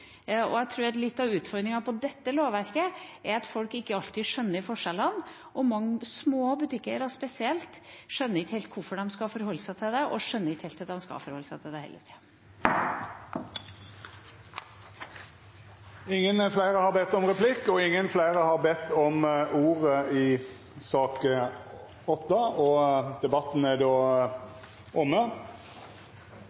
og jeg tror at litt av utfordringen med dette lovverket er at folk ikke alltid skjønner forskjellene, og mange, spesielt små butikker, skjønner ikke helt hvorfor de skal forholde seg til det, og skjønner heller ikke helt at de skal forholde seg til det. Replikkordskiftet er dermed over. Fleire har heller ikkje bedt om